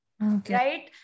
right